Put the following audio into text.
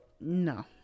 no